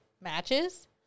matches